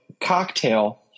cocktail